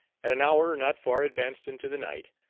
at an hour not far advanced into the night,